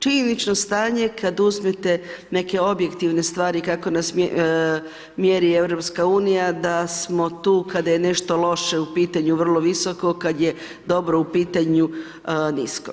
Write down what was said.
Činjenično stanje kad uzmete neke objektivne stvari kako nas mjeri EU da smo tu kada je nešto loše u pitanju vrlo visoko, kad je dobro u pitanju nisko.